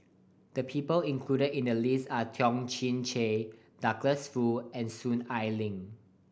the people included in the list are Toh Chin Chye Douglas Foo and Soon Ai Ling